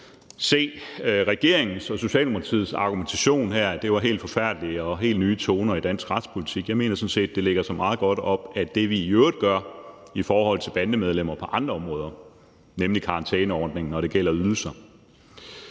se regeringens og Socialdemokratiets argumentation her, altså at det var helt forfærdeligt og helt nye toner i dansk retspolitik. Jeg mener sådan set, det lægger sig meget godt op ad det, vi i øvrigt gør i forhold til bandemedlemmer på andre områder, nemlig karantæneordningen, når det gælder ydelser.